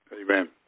Amen